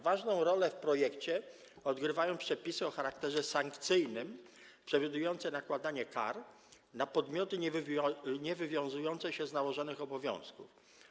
Ważną rolę w projekcie odgrywają przepisy o charakterze sankcyjnym przewidujące nakładanie kar na podmioty niewywiązujące się z nałożonych obowiązków.